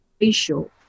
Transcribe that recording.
facial